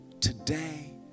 Today